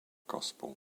gospel